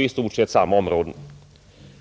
de forskningsområden vi nu behandlar.